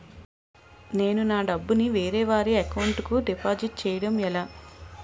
నేను నా డబ్బు ని వేరే వారి అకౌంట్ కు డిపాజిట్చే యడం ఎలా?